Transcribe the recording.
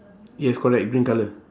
yes correct green colour